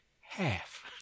half